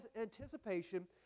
anticipation